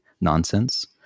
nonsense